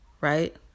right